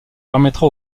permettra